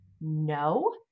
No